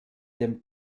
dem